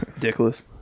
Dickless